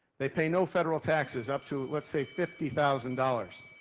they pay no federal taxes up to let's say fifty thousand dollars.